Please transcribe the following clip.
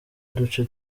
uduce